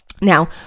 Now